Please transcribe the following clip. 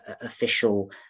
official